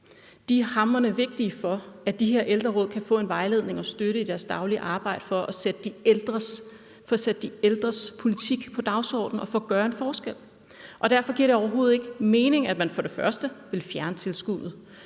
De er hamrende vigtige for, at de her ældreråd kan få vejledning og støtte i deres daglige arbejde for at sætte de ældres politik på dagsordenen og for at gøre en forskel. Derfor giver det overhovedet ikke mening, at man vil fjerne tilskuddet.